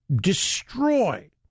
Destroy